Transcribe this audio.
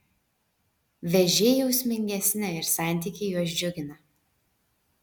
vėžiai jausmingesni ir santykiai juos džiugina